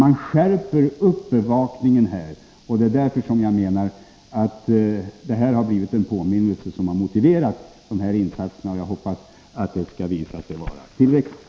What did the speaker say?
Man skärper alltså bevakningen på det här området. Det som inträffat har blivit en påminnelse som motiverat dessa insatser, och jag hoppas att det skall visa sig vara tillräckligt.